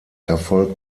erfolg